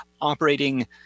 operating